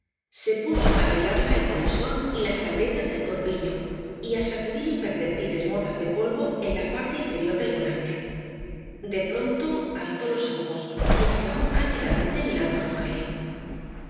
se puso á arreglarla el polisón y las aldetas del corpiño y á sacudir imperceptibles motas de polvo en la parte inferior del volante de pronto alzó los ojos y exclamó cándidamente mirando á rogelio